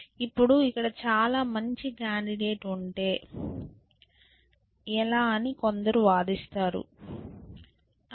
ఇప్పుడు ఇక్కడ చాలా మంచి కాండిడేట్ ఉంటే ఎలా అని కొందరు వాదిస్తారు